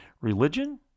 Religion